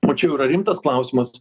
o čia jau yra rimtas klausimas